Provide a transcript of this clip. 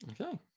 okay